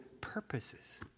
purposes